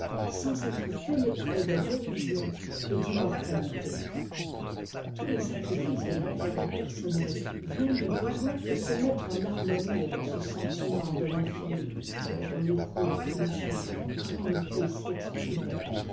sans être pénétré de religion et d'immortalité tous les sacrifices de l'intérêt personnel viennent du besoin de se mettre en harmonie avec ce sentiment de l'infini dont on éprouve tout le charme quoiqu'on ne puisse l'exprimer